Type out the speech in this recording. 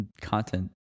content